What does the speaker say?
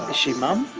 she mom?